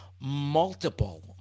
multiple